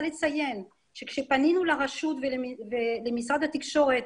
לציין שכאשר פנינו לרשות ולמשרד התקשורת,